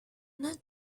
not